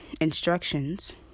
instructions